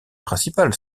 principale